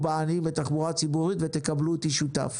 בעניים בתחבורה הציבורית ותקבלו אותי שותף.